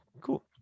Cool